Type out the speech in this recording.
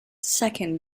second